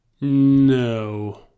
No